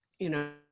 you know,